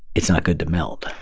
it's not good to melt.